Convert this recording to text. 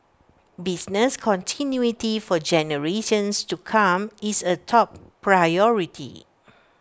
business continuity for generations to come is A top priority